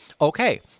okay